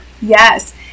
Yes